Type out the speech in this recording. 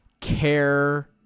care